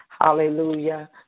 hallelujah